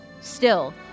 Still